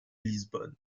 lisbonne